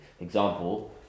example